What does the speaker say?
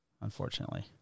Unfortunately